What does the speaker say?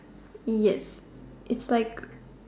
yes its like